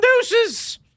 deuces